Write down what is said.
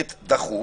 דחוף,